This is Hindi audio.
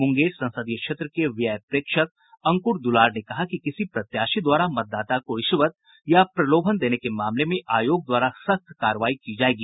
मुंगेर संसदीय क्षेत्र के व्यय प्रेक्षक अंकुर दुलार ने कहा कि किसी प्रत्याशी द्वारा मतदाता को रिश्वत या प्रलोभन देने के मामले में आयोग द्वारा सख्त कार्रवाई की जायेगी